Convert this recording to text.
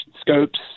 scopes